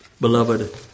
Beloved